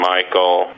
Michael